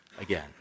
again